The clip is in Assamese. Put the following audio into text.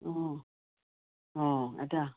অ' অ' এটা